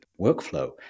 workflow